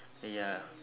ya